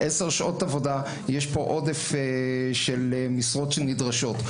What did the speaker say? עשר שעות עבודה, יש פה עודף של משרות שנדרשות.